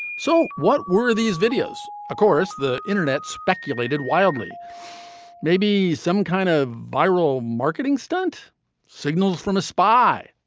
so what were these videos. of course the internet speculated wildly maybe some kind of viral marketing stunt signals from a spy.